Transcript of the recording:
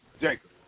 Jacob